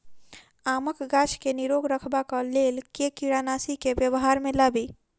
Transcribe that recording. आमक गाछ केँ निरोग रखबाक लेल केँ कीड़ानासी केँ व्यवहार मे लाबी?